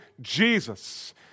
Jesus